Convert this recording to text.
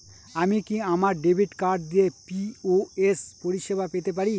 আমি কি আমার ডেবিট কার্ড দিয়ে পি.ও.এস পরিষেবা পেতে পারি?